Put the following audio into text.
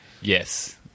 Yes